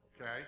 okay